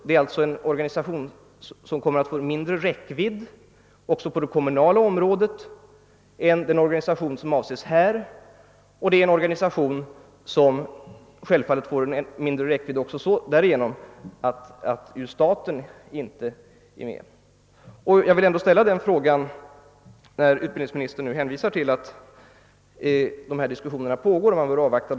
Det är alltså en organisation som kommer att få mindre räckvidd också på det kommunala området än den organisation som jag avser. Självfallet får den dessutom mindre räckvidd även därigenom att staten inte är med. Utbildningsministern hänvisar alltså till att dessa diskussioner pågår och bör avvaktas.